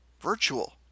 virtual